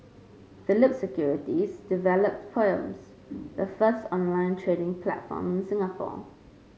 Phillip Securities developed poems the first online trading platform in Singapore